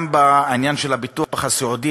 גם בעניין של הביטוח הסיעודי